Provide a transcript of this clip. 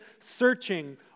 searching